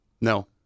No